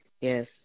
Yes